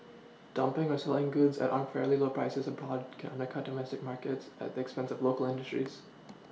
dumPing or selling goods at unfairly low prices abroad can undercut domestic markets at the expense of local industries